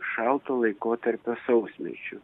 šalto laikotarpio sausmečiu